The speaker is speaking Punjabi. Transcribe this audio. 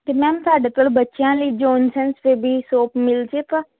ਤੇ ਮੈਮ ਸਾਡੇ ਕੋਲ ਬੱਚਿਆਂ ਲਈ ਜੋਨਸਨ ਬੇਬੀ ਸੋਪ ਮਿਲ ਜੇਗਾ